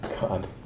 God